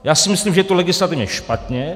Já si myslím, že to je legislativně špatně.